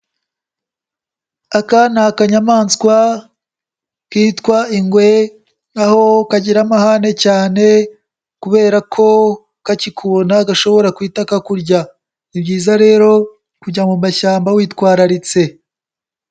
Aka ni akanyamaswa, kitwa ingwe, aho kagira amahane cyane kubera ko kakikubona gashobora guhita kakurya, ni byiza rero kujya mu mashyamba witwararitse.